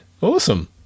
awesome